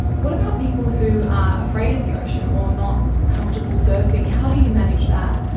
what about people who are afraid of the ocean or not comfortable surfing? how do you manage that?